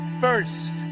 first